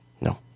No